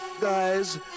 Guys